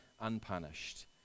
unpunished